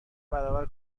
برابر